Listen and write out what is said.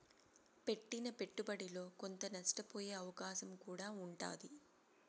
పెట్టిన పెట్టుబడిలో కొంత నష్టపోయే అవకాశం కూడా ఉంటాది